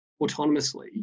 autonomously